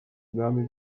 bwami